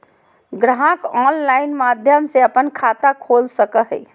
ग्राहक ऑनलाइन माध्यम से अपन खाता खोल सको हइ